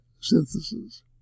synthesis